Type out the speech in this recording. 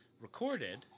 recorded